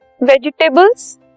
Vegetables